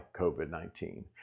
COVID-19